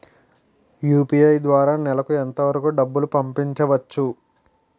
UPI ద్వారా నెలకు ఎంత వరకూ డబ్బులు పంపించవచ్చు?